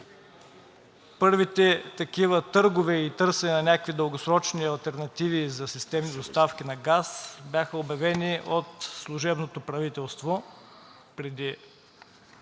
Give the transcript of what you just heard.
Първите такива търгове и търсене на някакви дългосрочни алтернативи за системни доставки на газ бяха обявени от служебното правителство преди